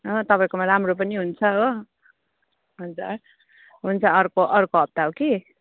अँ तपाईँकोमा राम्रो पनि हुन्छ हो हजुर हुन्छ अर्को अर्को हप्ता हो कि